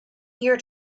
here